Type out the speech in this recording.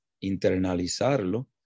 internalizarlo